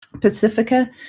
Pacifica